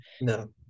no